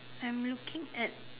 I'm looking at